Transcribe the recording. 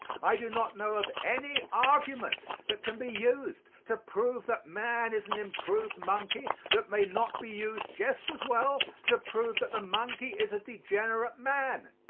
i do not know of any argument that can be used to prove that man is an improved monkey that may not be used just as well to prove that the monkey is a degenerate man,